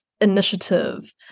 initiative